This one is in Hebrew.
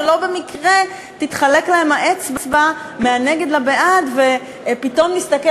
שלא במקרה תתחלק להם האצבע מה"נגד" ל"בעד" ופתאום נסתכל